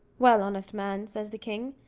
well, honest man, says the king,